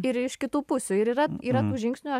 ir iš kitų pusių ir yra yra tų žingsnių